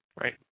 Right